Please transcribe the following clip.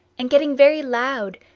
and getting very loud,